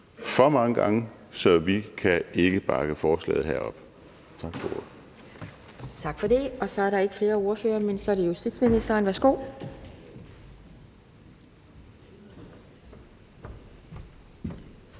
for mange gange. Så vi kan ikke bakke forslaget her op.